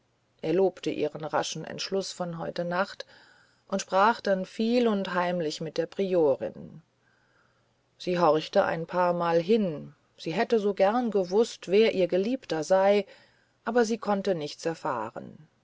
er lobte ihren raschen entschluß von heute nacht und sprach dann viel und heimlich mit der priorin sie horchte ein paarmal hin sie hätte so gern gewußt wer ihr geliebter sei aber sie konnte nichts erfahren